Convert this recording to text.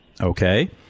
Okay